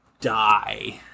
die